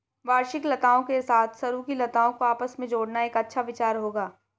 वार्षिक लताओं के साथ सरू की लताओं को आपस में जोड़ना एक अच्छा विचार होगा